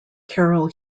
carol